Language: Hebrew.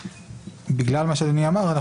בגלל מה שאדוני אמר,